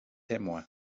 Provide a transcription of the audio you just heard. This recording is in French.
témoins